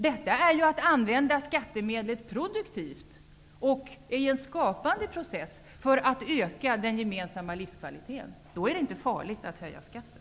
Detta innebär att man använder skattemedel produktivt i en skapande process för att öka den gemensamma livskvaliteten. Då är det inte farligt att höja skatten.